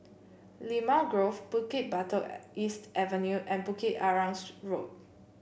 Limau Grove Bukit Batok East Avenue and Bukit Arang Road